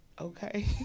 Okay